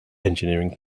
engineering